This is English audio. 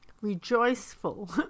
rejoiceful